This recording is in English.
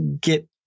get